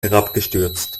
herabgestürzt